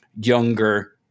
younger